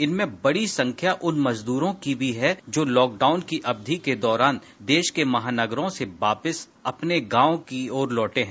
इसमें बड़ी संख्या उन मजदूरों की भी है जो लॉकडाउन की अवधि के दौरान देश के महानगरों से वापस अपने गांव की ओर लौटे हैं